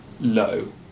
low